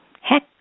heck